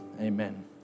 amen